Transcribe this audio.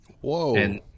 Whoa